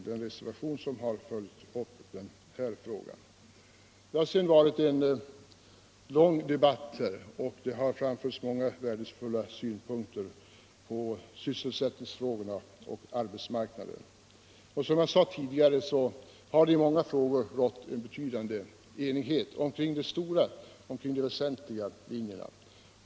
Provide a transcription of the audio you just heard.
Det har varit en lång debatt, och det har framförts många värdefulla synpunkter på sysselsättnings och arbetsmarknadsfrågorna. Som jag sade tidigare har det rått enighet kring de väsentliga linjerna.